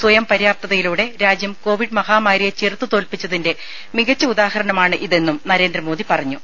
സ്വയം പര്യാപ്തതയിലൂടെ രാജ്യം കൊവിഡ് മഹാമാരിയെ ചെറുത്തു തോൽപ്പിച്ചതിന്റെ മികച്ച ഉദാഹരണമാണ് ഇതെന്നും നരേന്ദ്രമോദി പറഞ്ഞു